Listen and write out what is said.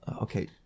okay